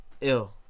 ill